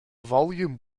volume